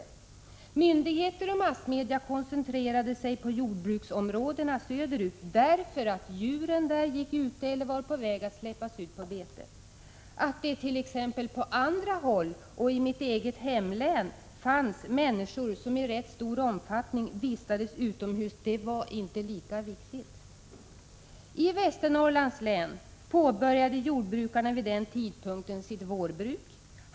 Men myndigheter och massmedia koncentrerade sig på jordbruksområdena söderut därför att djuren där gick ute eller var på väg att släppas ut på bete. Att det på andra håll, bl.a. i mitt eget hemlän, fanns människor som i rätt stor omfattning vistades utomhus var inte lika viktigt. I Västernorrlands län påbörjade jordbrukarna vid den tidpunkten sitt vårbruk.